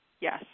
Yes